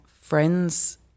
friends